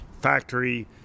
factory